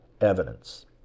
evidence